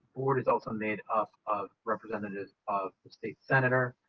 board is also made up of representatives of the state senator.